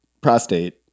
prostate